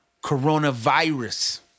Coronavirus